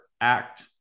act